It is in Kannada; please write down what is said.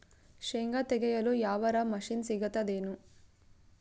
ಶೇಂಗಾ ತೆಗೆಯಲು ಯಾವರ ಮಷಿನ್ ಸಿಗತೆದೇನು?